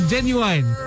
Genuine